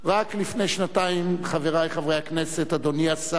רק לפני שנתיים, חברי חברי הכנסת, אדוני השר,